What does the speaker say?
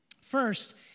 First